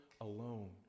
alone